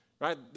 right